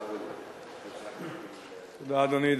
תודה, אדוני.